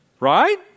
Right